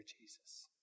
Jesus